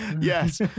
Yes